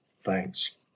thanks